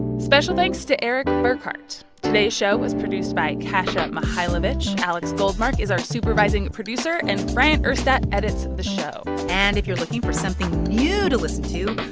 special thanks to eric burkhardt. today's show was produced by kasia mahalovich. alex goldmark is our supervising producer. and bryant urstadt edits the show and if you're looking for something new to listen to,